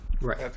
right